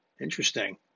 Interesting